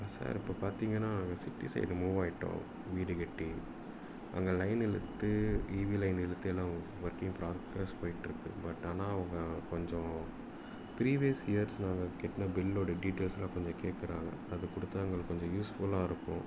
sir இப்போ பார்த்தீங்கன்னா நாங்கள் சிட்டி சைடு மூவ் ஆகிட்டோம் வீடுக் கட்டி அங்கே லைன் இழுத்து ஈபி லைன் இழுத்து எல்லாம் ஒர்க்கிங் ப்ராக்ரஸ் போய்கிட்ருக்கு பட் ஆனால் அவங்க கொஞ்சம் ப்ரீவியஸ் இயர்ஸ்சில் நாங்கள் கட்டின பில்லோடய டீட்டைல்ஸ்செல்லாம் கொஞ்சம் கேட்குறாங்க அதைக் கொடுத்தா எங்களுக்கு கொஞ்சம் யூஸ்ஃபுல்லாக இருக்கும்